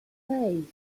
seis